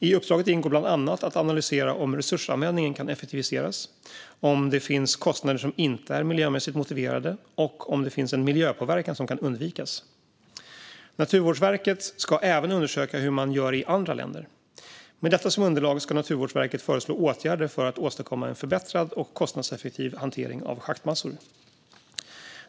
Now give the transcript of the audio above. I uppdraget ingår bland annat att analysera om resursanvändningen kan effektiviseras, om det finns kostnader som inte är miljömässigt motiverade och om det finns en miljöpåverkan som kan undvikas. Naturvårdsverket ska även undersöka hur man gör i andra länder. Med detta som underlag ska Naturvårdsverket föreslå åtgärder för att åstadkomma en förbättrad och kostnadseffektiv hantering av schaktmassorna.